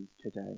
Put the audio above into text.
today